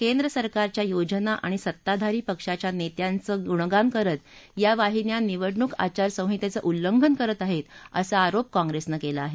केंद्र सरकारच्या योजना आणि सत्ताधारी पक्षाच्या नेत्यांचं गुणगान करत या वाहिन्या निवडणुक आचार संहितेचं उल्लंघन करत आहेत असा आरोप काँग्रिसनं केला आहे